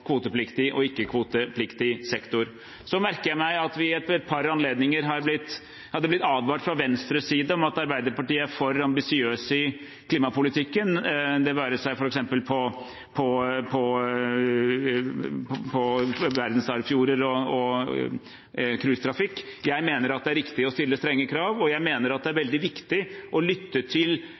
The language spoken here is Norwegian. kvotepliktig og ikke-kvotepliktig sektor. Jeg merker meg at det ved et par anledninger har blitt advart fra Venstres side om at Arbeiderpartiet er for ambisiøse i klimapolitikken, f.eks. når det gjelder verdensarvfjorder og cruisetrafikk. Jeg mener det er riktig å stille strenge krav, og jeg mener det er veldig viktig å lytte til